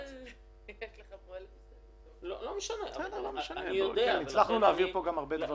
זה נכון לדיון בוועדה, זה נכון גם במליאה.